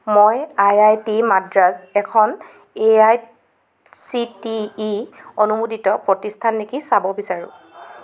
মই I I T Madras এখন A I C T E অনুমোদিত প্ৰতিষ্ঠান নেকি চাব বিচাৰোঁ